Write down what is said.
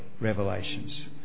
revelations